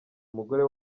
umugore